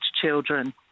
children